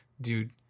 dude